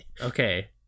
Okay